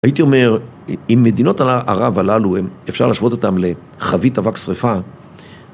הייתי אומר, אם מדינות ערב הללו, אפשר להשוות אותן לחווית אבק שריפה...